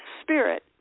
spirit